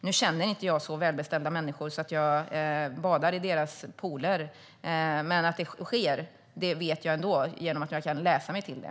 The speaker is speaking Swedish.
Jag känner inte så välbeställda människor att jag kan bada i deras pooler, men att det sker vet jag ändå genom att jag kan läsa mig till det.